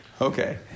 Okay